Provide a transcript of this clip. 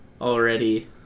already